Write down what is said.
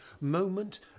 moment